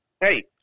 hey